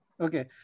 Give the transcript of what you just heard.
Okay